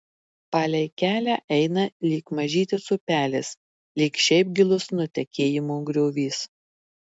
palei kelią eina lyg mažytis upelis lyg šiaip gilus nutekėjimo griovys